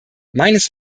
meines